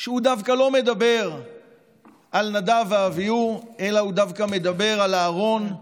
שדווקא לא מדבר על נדב ואביהוא אלא מדבר על אהרן,